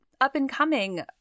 up-and-coming